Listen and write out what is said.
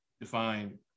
define